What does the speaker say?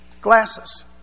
glasses